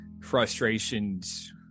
frustrations